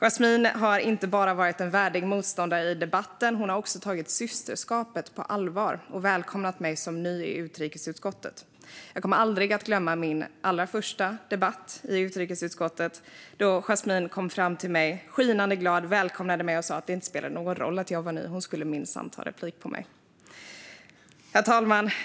Yasmine har inte bara varit en värdig motståndare i debatten. Hon har också tagit systerskapet på allvar och välkomnat mig som ny i utrikesutskottet. Jag kommer aldrig att glömma min allra första debatt för utrikesutskottet. Yasmine kom fram till mig, skinande glad. Hon välkomnade mig och sa att det inte spelade någon roll att jag var ny. Hon skulle minsann ta replik på mig. Herr talman!